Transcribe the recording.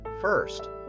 first